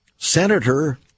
Senator